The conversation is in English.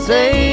Say